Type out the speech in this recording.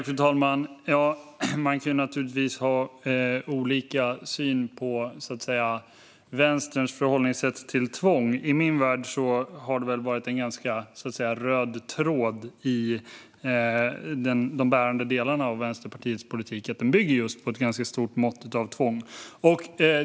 Fru talman! Man kan naturligtvis ha olika syn på Vänsterns förhållningssätt till tvång; i min värld har det väl lite grann varit en röd tråd i de bärande delarna av Vänsterpartiets politik att den just bygger på ett ganska stort mått av tvång.